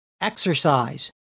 exercise